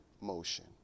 motion